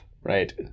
Right